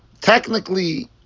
technically